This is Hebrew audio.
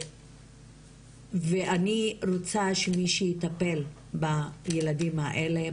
ואני רוצה שמי שיטפל בילדים האלה,